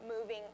moving